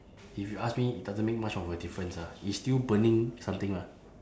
if you ask me it doesn't make much of a difference ah it's still burning something lah